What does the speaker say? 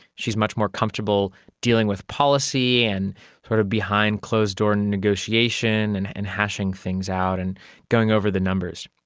she is much more comfortable dealing with policy and sort of behind closed-door negotiation and and hashing things out and going over the numbers.